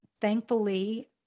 thankfully